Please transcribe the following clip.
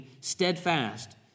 steadfast